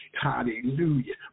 hallelujah